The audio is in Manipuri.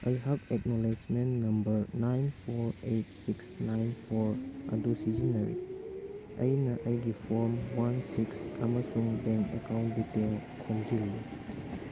ꯑꯩꯍꯥꯛ acknowledgement number nine four eight six nine four ꯑꯗꯨ ꯁꯤꯖꯤꯟꯅꯔꯤ ꯑꯩꯅ ꯑꯩꯒꯤ ꯐꯣꯔꯝ ꯋꯥꯟ ꯁꯤꯛꯁ ꯑꯃꯁꯨꯡ ꯕꯦꯡ ꯑꯦꯛꯀꯥꯎꯟ ꯗꯤꯇꯦꯜ ꯈꯣꯝꯖꯤꯜꯂꯤ